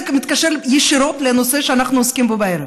זה מתקשר ישירות לנושא שאנחנו עוסקים בו הערב,